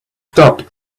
stopped